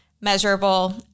measurable